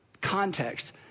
context